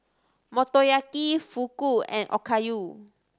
Motoyaki Fugu and Okayu